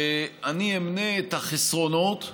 שאני אמנה את החסרונות,